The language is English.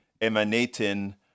emanating